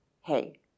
hey